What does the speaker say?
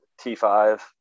T5